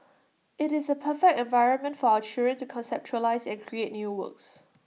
IT is A perfect environment for our children to conceptualise and create new works